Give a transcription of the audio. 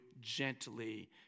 gently